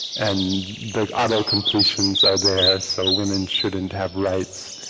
and the auto completions are there so women shouldn't have rights,